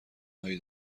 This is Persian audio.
هایی